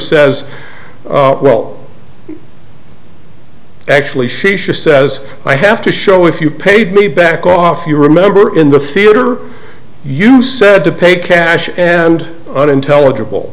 says well actually she says i have to show if you paid me back off you remember in the theater you said to pay cash and unintelligible